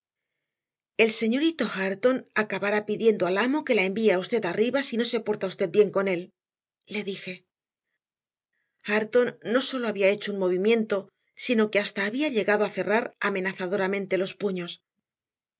el señorito hareton acabará pidiendo al amo que la envié a usted arriba si no se porta usted bien con él le dije hareton no sólo había hecho un movimiento sino que hasta había llegado a cerrar amenazadoramente los puños